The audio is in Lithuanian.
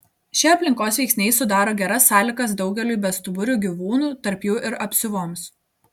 šie aplinkos veiksniai sudaro geras sąlygas daugeliui bestuburių gyvūnų tarp jų ir apsiuvoms